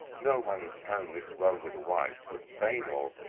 no man in town lives well with a wife but fainall.